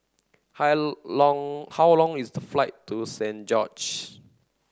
hi long how long is the flight to Saint George's